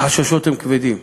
החששות כבדים,